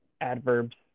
adverbs